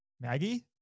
Maggie